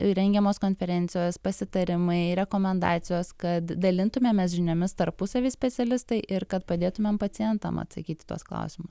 rengiamos konferencijos pasitarimai rekomendacijos kad dalintumėmės žiniomis tarpusavy specialistai ir kad padėtumėm pacientam atsakyt į tuos klausimus